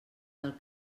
del